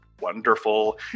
wonderful